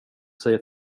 säger